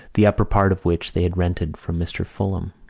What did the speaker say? the upper part of which they had rented from mr. fulham,